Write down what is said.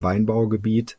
weinanbaugebiet